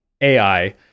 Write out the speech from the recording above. ai